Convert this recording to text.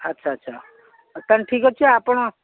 ଆଚ୍ଛା ଆଚ୍ଛା ଠିକ୍ ଅଛି ଆପଣ